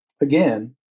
Again